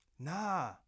Nah